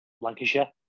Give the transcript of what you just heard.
Lancashire